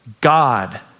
God